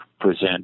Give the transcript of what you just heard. present